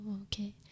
Okay